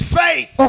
faith